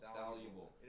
valuable